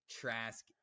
Trask